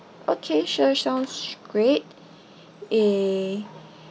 okay sure sounds great eh